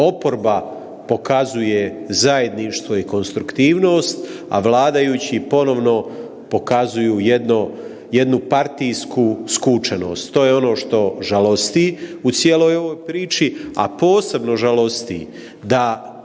oporba pokazuje zajedništvo i konstruktivnost, a vladajući ponovo pokazuju jednu partijsku skučenost. To je ono što žalosti u cijeloj ovoj priči, a posebno žalosti da